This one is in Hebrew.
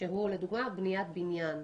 של בניית בניין למשל.